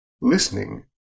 listening